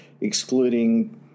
excluding